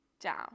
down